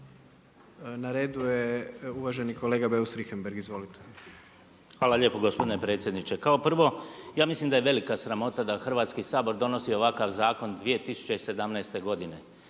Na redu je uvaženi kolega Beus Richembergh. Izvolite. **Beus Richembergh, Goran (GLAS)** Hvala lijepo gospodine predsjedniče. Kao prvo, ja mislim da je velika sramota da Hrvatski sabor donosi ovakav zakon 2017. godine.